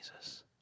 Jesus